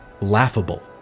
laughable